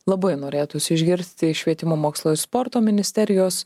labai norėtųsi išgirsti iš švietimo mokslo i sporto ministerijos